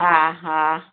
हा हा